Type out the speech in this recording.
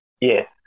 Yes